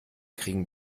kriegen